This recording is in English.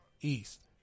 East